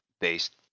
based